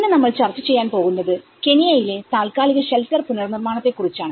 ഇന്ന് നമ്മൾ ചർച്ച ചെയ്യാൻ പോകുന്നത് കെനിയയിലെ താൽക്കാലിക ഷെൽട്ടർ പുനർനിർമാണത്തെ കുറിച്ചാണ്